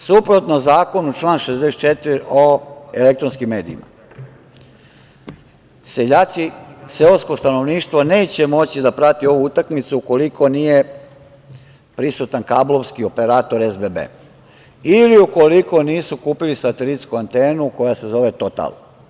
Suprotno zakonu član 64. o elektronskim medijima, seljaci, seosko stanovništvo neće moći da prati ovu utakmicu ukoliko nije prisutan kablovski operater SBB ili ukoliko nisu kupili satelitsku antenu koja se zove „Total“